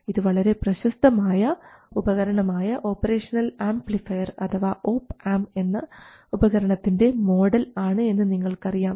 ഇത് വളരെ പ്രശസ്തമായ ഉപകരണമായ ഓപ്പറേഷണൽ ആംപ്ലിഫയർ അഥവാ ഓപ് ആംപ് എന്ന ഉപകരണത്തിൻറെ മോഡൽ ആണ് എന്ന് നിങ്ങൾക്കറിയാം